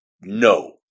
no